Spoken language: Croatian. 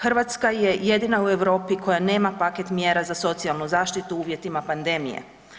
Hrvatske je jedina u Europi koja nema paket mjera za socijalnu zaštitu u uvjetima pandemije.